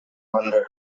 under